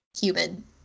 Human